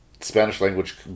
Spanish-language